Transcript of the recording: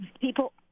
people